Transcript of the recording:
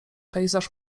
pejzaż